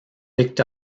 picked